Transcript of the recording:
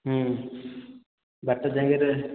ବାଟଯାକରେ